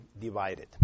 divided